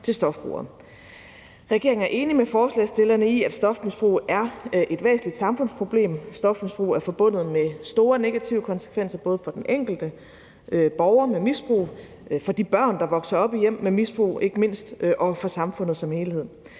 til stofbrugeren. Regeringen er enig med forslagsstillerne i, at stofmisbrug er et væsentligt samfundsproblem. Stofmisbrug er forbundet med store negative konsekvenser både for den enkelte borger med misbrug, for de børn, der vokser op i hjem med misbrug ikke mindst, og for samfundet som helhed.